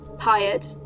tired